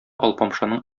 алпамшаның